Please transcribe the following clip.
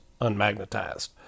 unmagnetized